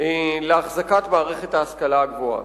החזקת מערכת ההשכלה הגבוהה.